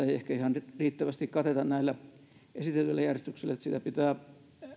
ehkä ihan riittävästi kateta näillä esitetyillä järjestelyillä joten sitä pitää